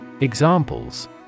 Examples